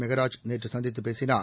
மெகராஜ் நேற்று சந்தித்து பேசினார்